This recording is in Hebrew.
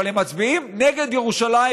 אבל הם מצביעים נגד ירושלים,